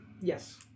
Yes